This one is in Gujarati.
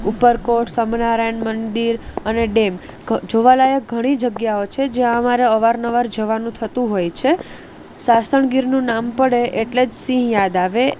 ઉપર કોટ સ્વામીનારાયણ મંદિર અને ડેમ જોવાલાયક ઘણી જગ્યાઓ છે જ્યાં અમારે અવારનવાર જવાનું થતું હોય છે સાસણ ગીરનું નામ પડે એટલે જ સિંહ યાદ આવે